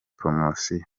poromosiyo